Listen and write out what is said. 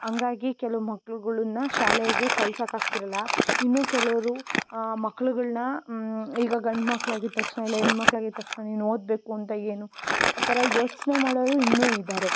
ಹಂಗಾಗಿ ಕೆಲವು ಮಕ್ಳುಗಳನ್ನು ಶಾಲೆಗೆ ಕಳ್ಸೋಕ್ಕಾಗ್ತಿರಲ್ಲ ಇನ್ನೂ ಕೆಲವರು ಮಕ್ಳುಗಳನ್ನು ಈಗ ಗಂಡು ಮಕ್ಳಾಗಿದ್ದ ತಕ್ಷಣ ಇಲ್ಲ ಹೆಣ್ಣುಮಕ್ಳಾಗಿದ್ ತಕ್ಷಣ ನೀನು ಓದಬೇಕು ಅಂತ ಏನು ಆ ಥರ ಯೋಚನೆ ಮಾಡೋವ್ರು ಇನ್ನೂ ಇದ್ದಾರೆ